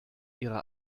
ihre